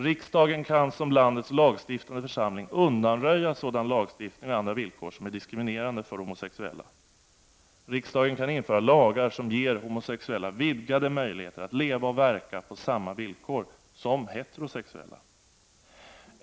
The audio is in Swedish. Riksdagen kan som landets lagstiftande församling undanröja sådan lagstiftning och andra villkor som är diskriminerande för homosexuella. Riksdagen kan införa lagar som ger homosexuella vidgade möjligheter att leva och verka på samma villkor som heterosexuella.